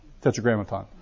Tetragrammaton